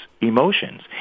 emotions